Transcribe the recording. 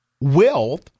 wealth